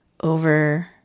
over